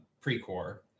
pre-core